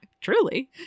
Truly